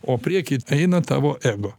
o prieky eina tavo ego